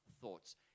thoughts